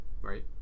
Right